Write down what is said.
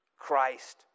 Christ